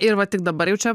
ir va tik dabar jau čia